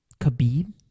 Khabib